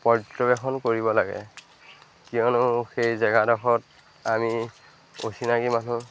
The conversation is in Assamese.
পৰ্যবেক্ষণ কৰিব লাগে কিয়নো সেই জেগাডখৰত আমি অচিনাকী মানুহ